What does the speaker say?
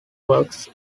works